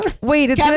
Wait